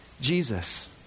Jesus